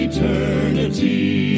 Eternity